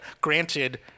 granted